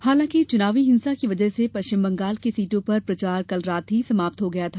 हालांकि चुनावी हिंसा की वजह से पश्चिम बंगाल की सीटों पर प्रचार कल रात ही समाप्त हो गया था